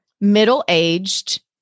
middle-aged